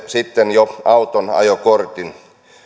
sitten jo auton ajokortin